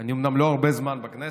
שאני אומנם לא הרבה זמן בכנסת,